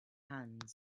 hands